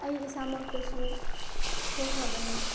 ꯑꯩ ꯏꯁꯥꯃꯛꯇꯁꯨ ꯊꯣꯛꯈ꯭ꯔꯕꯅꯤ